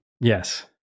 Yes